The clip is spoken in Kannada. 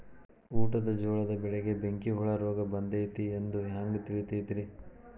ಊಟದ ಜೋಳದ ಬೆಳೆಗೆ ಬೆಂಕಿ ಹುಳ ರೋಗ ಬಂದೈತಿ ಎಂದು ಹ್ಯಾಂಗ ತಿಳಿತೈತರೇ?